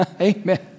Amen